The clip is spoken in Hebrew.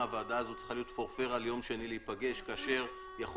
הוועדה הזאת צריכה להיות פורפרה ולהיפגש ביום שני כאשר יכול